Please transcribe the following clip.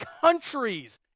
countries